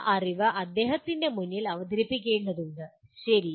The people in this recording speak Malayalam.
ആ അറിവ് അദ്ദേഹത്തിന് മുന്നിൽ അവതരിപ്പിക്കേണ്ടതുണ്ട് ശരി